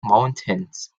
mountains